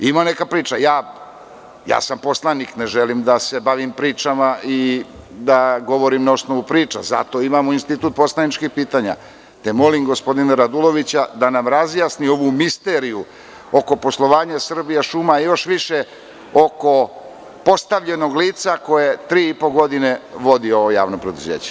Ima neka priča, i ja sam poslanik ne želim da se bavim pričama i da govorim na osnovu priča i zato imamo institut poslaničkih pitanja, te molim gospodina Radulovića da nam razjasni ovu misteriju oko poslovanja „Srbijašuma“, a još više oko postavljenog lica koje tri i po godine vodi ovo javno preduzeće.